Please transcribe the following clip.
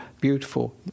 beautiful